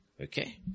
Okay